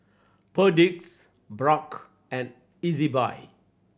Perdix Bragg and Ezbuy